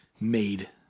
made